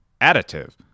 additive